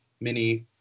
mini